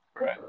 Right